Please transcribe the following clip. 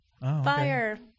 Fire